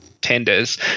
tenders